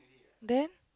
then